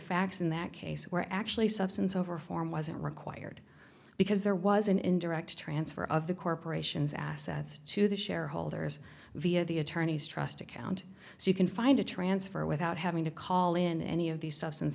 facts in that case where actually substance over form wasn't required because there was an indirect transfer of the corporation's assets to the shareholders via the attorneys trust account so you can find a transfer without having to call in any of the substance